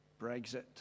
Brexit